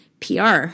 pr